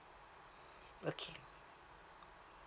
okay